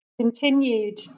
continued